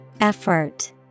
Effort